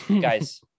Guys